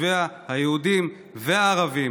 תושביה היהודים והערבים,